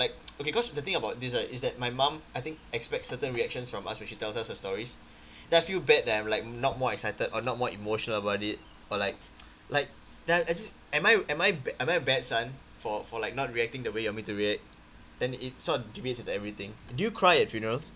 like okay because the thing about this right is that my mum I think expects certain reactions from us when she tell us her stories then I feel bad that I'm like not more excited or not more emotional about it or like like then I I just am I am I bad am I a bad son for for like not reacting the way you want me to react then it sort deviates with everything do cry at funerals